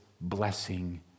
blessing